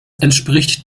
entspricht